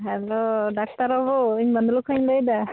hello doctor ᱵᱟᱹᱵᱩ ᱤᱧ ᱵᱟᱸᱫᱷᱞᱳ ᱠᱷᱚᱱ ᱤᱧ ᱞᱟᱹᱭᱮᱫᱟ